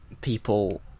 people